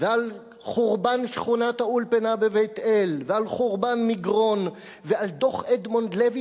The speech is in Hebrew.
ועל חורבן שכונת-האולפנה בבית-אל ועל חורבן מגרון ועל דוח אדמונד לוי,